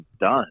done